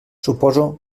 suposo